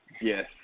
Yes